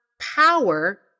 power